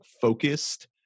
focused